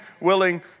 willing